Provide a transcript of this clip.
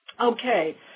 Okay